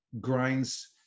grinds